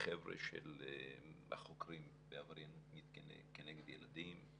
החוקרים בעבריינות כנגד ילדים.